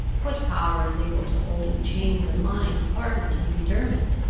what power is able to hold in chains a mind ardent and determined?